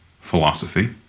philosophy